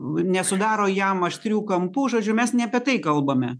nesudaro jam aštrių kampų žodžiu mes ne apie tai kalbame